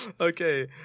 Okay